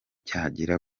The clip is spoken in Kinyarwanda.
cyagera